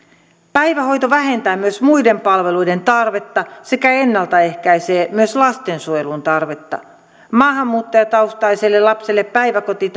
päivähoito vähentää myös muiden palveluiden tarvetta sekä ennalta ehkäisee myös lastensuojelun tarvetta maahanmuuttajataustaiselle lapselle päiväkoti